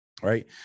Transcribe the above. Right